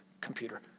computer